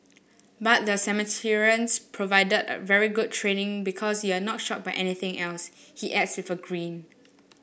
but the Samaritans provided very good training because you're not shocked by anything he adds with a grin